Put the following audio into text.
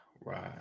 Right